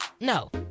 No